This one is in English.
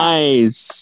Nice